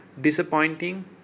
disappointing